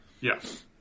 Yes